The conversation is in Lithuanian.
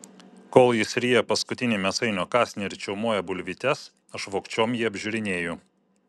kol jis ryja paskutinį mėsainio kąsnį ir čiaumoja bulvytes aš vogčiom jį apžiūrinėju